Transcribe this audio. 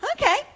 okay